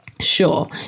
sure